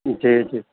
जी जी